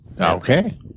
Okay